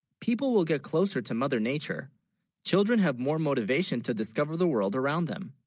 people will get closer to mother nature children have more motivation to discover the world around them